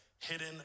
hidden